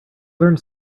learned